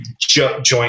joint